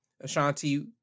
Ashanti